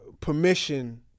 permission